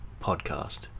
podcast